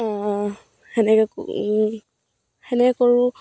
তেনেকৈ তেনেকৈ কৰোঁ